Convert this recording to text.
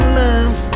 love